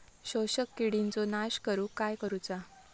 शोषक किडींचो नाश करूक काय करुचा?